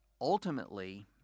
ultimately